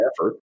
effort